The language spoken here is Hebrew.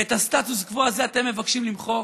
ואת הסטטוס קוו הזה אתם מבקשים למחוק?